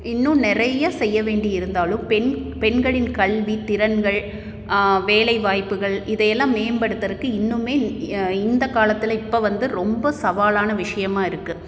இன்னும் நிறையா செய்ய வேண்டி இருந்தாலும் பெண் பெண்களின் கல்வி திறன்கள் வேலைவாய்ப்புகள் இதை எல்லாம் மேம்படுத்துறதுக்கு இன்னுமே இ இந்தக் காலத்தில் இப்போ வந்து ரொம்ப சவாலான விஷயமா இருக்குது